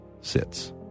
sits